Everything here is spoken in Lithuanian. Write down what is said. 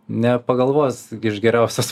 ne pagalvos iš geriausios